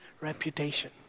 reputation